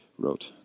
wrote